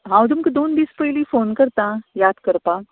हांव तुमकां दोन दीस पयलीं फोन करतां याद करपाक